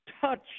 touch